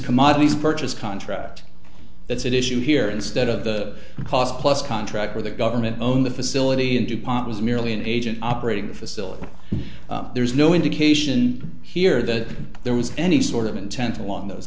commodities purchase contract that's at issue here instead of the cost plus contractor the government own the facility and dupont was merely an agent operating the facility there's no indication here that there was any sort of intent along those